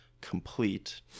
complete